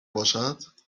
باشد